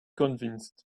convinced